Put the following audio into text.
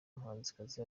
muhanzikazi